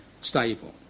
stable